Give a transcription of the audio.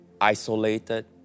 isolated